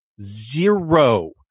zero